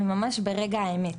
וממש ברגע האמת.